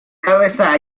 cabeza